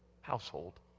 household